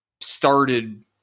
started